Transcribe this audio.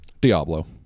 Diablo